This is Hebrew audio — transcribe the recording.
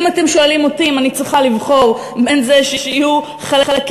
אם אתם שואלים אותי אם אני צריכה לבחור בין זה שיהיו חלקים